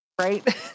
Right